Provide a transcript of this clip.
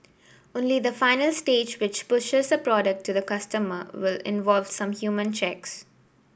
only the final stage which pushes a product to the customer will involve some human checks